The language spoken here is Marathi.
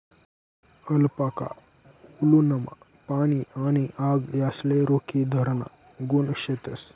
अलपाका वुलनमा पाणी आणि आग यासले रोखीधराना गुण शेतस